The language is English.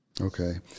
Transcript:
okay